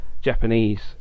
Japanese